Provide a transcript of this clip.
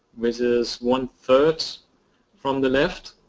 which is one-third from the left,